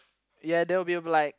ya that will be be like